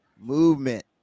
movement